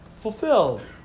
fulfilled